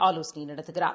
ஆலோசனை நடத்துகிறார்